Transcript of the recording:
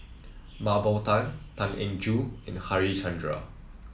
Mah Bow Tan Tan Eng Joo and Harichandra